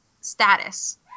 status